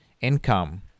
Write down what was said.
income